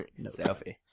Selfie